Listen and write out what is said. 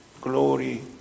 glory